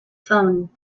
phone